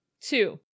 Two